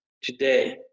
today